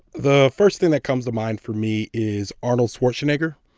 the first thing that comes to mind for me is arnold schwarzenegger.